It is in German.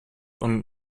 und